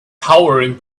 towering